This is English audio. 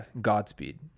Godspeed